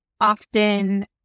often